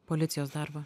policijos darbą